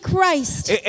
Christ